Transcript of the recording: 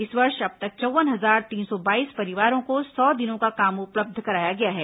इस वर्ष अब तक चौव्वन हजार तीन सौ बाईस परिवारों को सौ दिनों का काम उपलब्ध कराया गया है